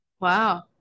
Wow